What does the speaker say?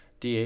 DH